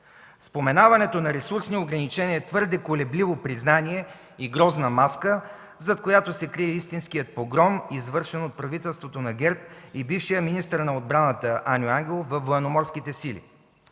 Споменаването на ресурсни ограничения е твърде колебливо признание и грозна маска, зад която се крие истинският погром, извършен от правителството на ГЕРБ и бившият министъра на отбраната Аню Ангелов във Военноморските сили.